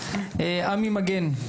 עמי מגן בבקשה.